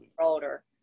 older